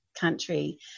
country